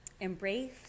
Embrace